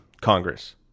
Congress